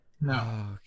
no